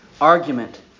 argument